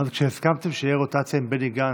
אבל כשהסכמתם שתהיה רוטציה עם בני גנץ,